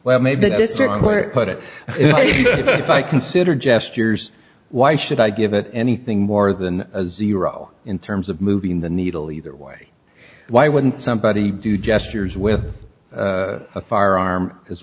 if i consider gestures why should i give it anything more than a zero in terms of moving the needle either way why wouldn't somebody do gestures with a firearm as